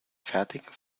fertigen